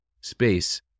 space